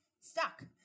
stuck